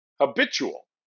habitual